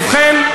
ובכן,